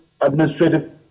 administrative